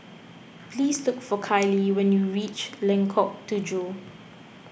please look for Kylie when you reach Lengkok Tujoh